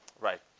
Right